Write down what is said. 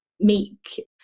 meek